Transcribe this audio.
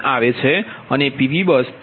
5 j 0